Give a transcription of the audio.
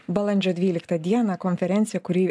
balandžio dvyliktą dieną konferencija kuri